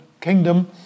kingdom